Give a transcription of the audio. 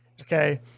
Okay